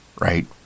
right